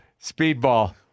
Speedball